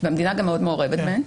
והמדינה גם מאוד מעורבת בהן.